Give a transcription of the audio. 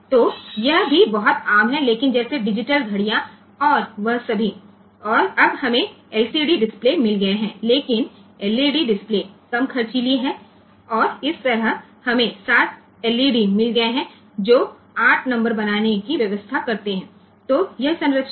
તો આ પણ ખૂબ જ સામાન્ય છે કહો કે જેમ ડિજિટલ ઘડિયાળો અને તેવું બધું અલબત્ત હવે ઘણી વખત આપણી પાસે એલસીડી ડિસ્પ્લે હોય છે પરંતુ LED ડિસ્પ્લે ઓછા ખર્ચાળ છે અને તે રીતે 8 નંબર બનાવવા માટે 7 LED ગોઠવવામાં આવ્યા હોય છે આ તેની રચના છે